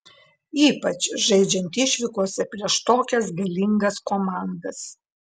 ypač žaidžiant išvykose prieš tokias galingas komandas